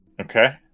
Okay